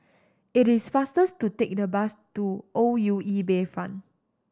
it is faster to take the bus to O U E Bayfront